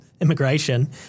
immigration